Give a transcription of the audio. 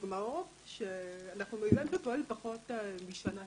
היה לי כבוד, יצא בחלקי שהצלחתי "לבשל"